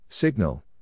Signal